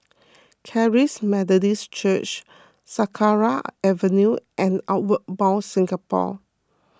Charis Methodist Church Sakra Avenue and Outward Bound Singapore